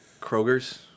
Kroger's